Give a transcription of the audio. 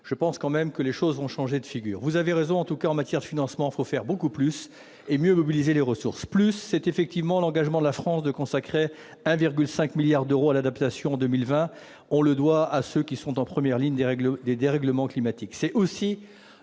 que vous avez évoquée. Les choses vont donc changer, me semble-t-il. Vous avez raison, en matière de financements, il faut faire beaucoup plus et mieux mobiliser les ressources. Faire plus, c'est l'engagement de la France de consacrer 1,5 milliard d'euros à l'adaptation en 2020- on le doit à ceux qui sont en première ligne des dérèglements climatiques. C'est aussi